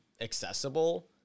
accessible